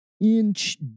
inch